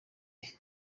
iyo